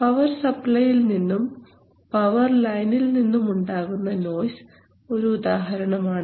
power സപ്ലൈയിൽ നിന്നും power ലൈനിൽ നിന്നുമുണ്ടാകുന്ന നോയ്സ് ഒരു ഉദാഹരണമാണ്